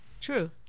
True